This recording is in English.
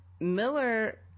Miller